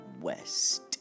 West